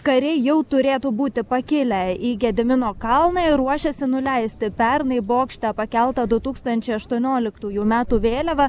kariai jau turėtų būti pakilę į gedimino kalną ir ruošiasi nuleisti pernai į bokštą pakeltą du tūkstančiai aštuonioliktųjų metų vėliavą